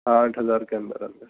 آٹھ ہزار کے اندر اندر